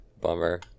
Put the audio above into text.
bummer